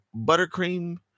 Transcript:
buttercream